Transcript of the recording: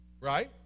Right